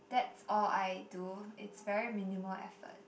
that's all I do it's very minimal effort